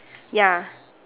ya